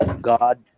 God